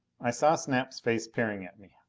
i saw snap's face peering at me.